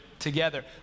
together